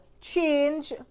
change